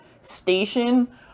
station